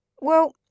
Well